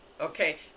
Okay